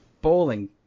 Bowling